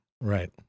Right